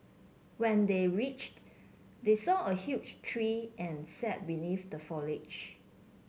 when they reached they saw a huge tree and sat beneath the foliage